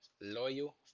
Loyal